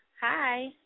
Hi